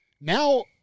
Now